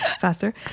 Faster